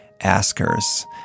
askers